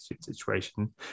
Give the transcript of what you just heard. situation